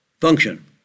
function